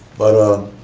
but